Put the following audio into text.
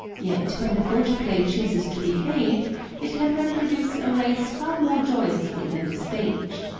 yet when the photoplay chooses to behave it can reproduce a race far more joyously than the stage.